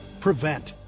prevent